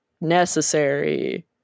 Necessary